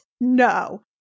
No